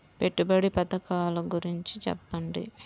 పెట్టుబడి పథకాల గురించి చెప్పండి?